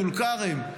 טולכרם.